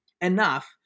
enough